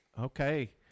Okay